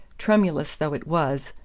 tremulous though it was,